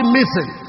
missing